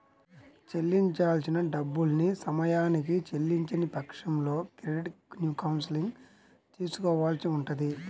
చెల్లించాల్సిన డబ్బుల్ని సమయానికి చెల్లించని పక్షంలో క్రెడిట్ కౌన్సిలింగ్ తీసుకోవాల్సి ఉంటది